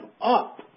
up